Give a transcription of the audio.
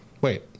wait